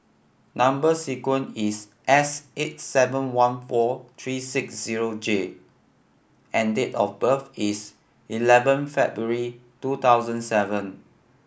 number sequence is S eight seven one four three six zero J and date of birth is eleven February two thousand seven